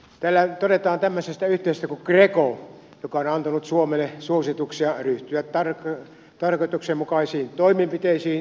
täällä todetaan tämmöisestä yhteisöstä kuin greco joka on antanut suomelle suosituksia ryhtyä tarkoituksenmukaisiin toimenpiteisiin edustajasidonnaisuuksien ilmoittamisesta